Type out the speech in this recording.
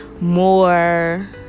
more